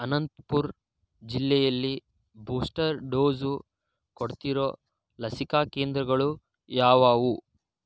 ಅನಂತ್ಪುರ್ ಜಿಲ್ಲೆಯಲ್ಲಿ booster dose ಕೊಡ್ತಿರೋ ಲಸಿಕಾ ಕೇಂದ್ರಗಳು ಯಾವವು